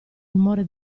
rumore